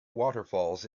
waterfalls